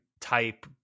type